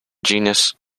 genus